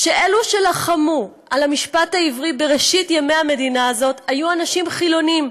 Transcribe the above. אלו שלחמו על המשפט העברי בראשית ימי המדינה הזאת היו אנשים חילונים,